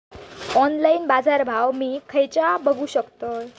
Online बाजारभाव मी खेच्यान बघू शकतय?